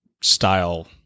style